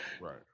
Right